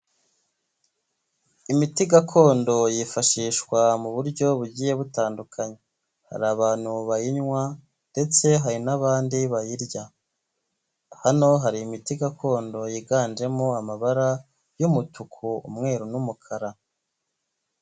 Imiti gakondo yifashishwa mu buryo bugiye butandukanye, hari abantu bayinywa ndetse hari n'abandi bayirya. Hano hari imiti gakondo yiganjemo amabara y'umutuku, umweru n'umukara.